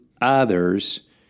others